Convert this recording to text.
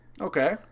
Okay